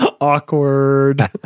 Awkward